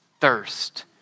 thirst